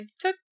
took